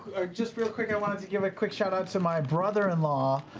just real quick, i wanted to give a quick shoutout to my brother-in-law,